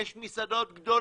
יש מסעדות גדולות,